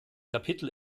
kapitel